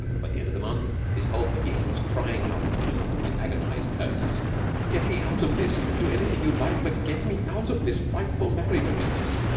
by the end of the month his whole being was crying out to him in agonized tones get me out of this. do anything you like, but get me out of this frightful marriage business.